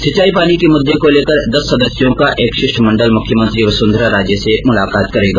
सिंचाई पानी के मुद्दे को लेकर दस सदस्यों का एक शिष्टमंडल मुख्यमंत्री वसुंधरा राजे से मुलाकात करेगा